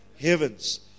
heavens